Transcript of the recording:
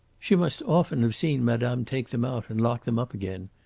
she must often have seen madame take them out and lock them up again.